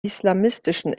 islamistischen